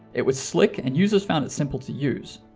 it was slick and users found it simple to use.